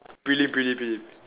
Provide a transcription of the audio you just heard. prelim prelim prelim